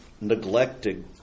neglected